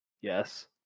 Yes